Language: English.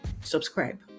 subscribe